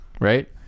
Right